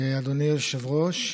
אדוני היושב-ראש,